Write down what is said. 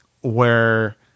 Where-